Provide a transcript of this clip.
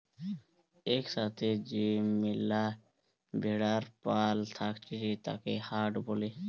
এক সাথে যে ম্যালা ভেড়ার পাল থাকতিছে তাকে হার্ড বলে